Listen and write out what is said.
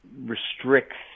restricts